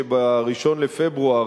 שב-1 בפברואר,